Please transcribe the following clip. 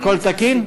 הכול תקין?